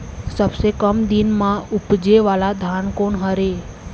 सबसे कम दिन म उपजे वाला धान कोन हर ये?